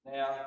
Now